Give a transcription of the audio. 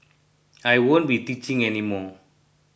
I won't be teaching any more